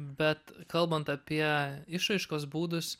bet kalbant apie išraiškos būdus